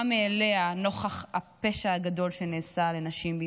מאליה נוכח הפשע הגדול שנעשה לנשים בישראל.